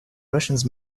russians